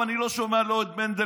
ואני לא שומע, לא את מנדלבלוף,